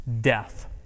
Death